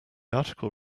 article